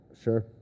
Sure